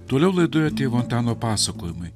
toliau laidoje tėvų antano pasakojimai